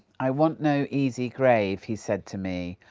i want no easy grave he said to me,